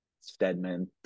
Stedman